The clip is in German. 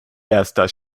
erster